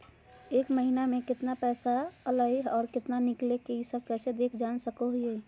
एक महीना में केतना पैसा कहा से अयले है और केतना निकले हैं, ई सब कैसे देख जान सको हियय?